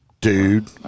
dude